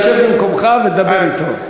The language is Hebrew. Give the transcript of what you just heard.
שב במקומך ודבר אתו.